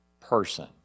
person